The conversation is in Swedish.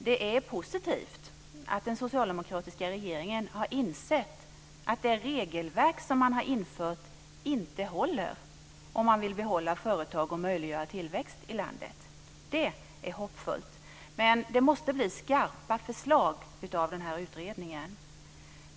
Det är positivt att den socialdemokratiska regeringen har insett att det regelverk som man har infört inte håller om man vill behålla företag och möjliggöra tillväxt i landet. Det är hoppfullt. Men det måste bli skarpa förslag av den här utredningen.